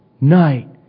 night